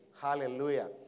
Hallelujah